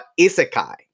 Isekai